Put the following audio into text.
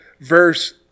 verse